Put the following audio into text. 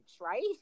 right